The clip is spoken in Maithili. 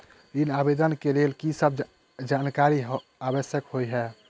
ऋण आवेदन केँ लेल की सब जानकारी आवश्यक होइ है?